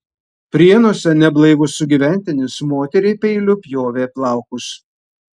prienuose neblaivus sugyventinis moteriai peiliu pjovė plaukus